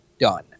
done